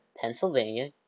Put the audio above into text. Pennsylvania